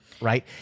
right